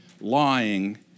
lying